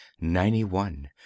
ninety-one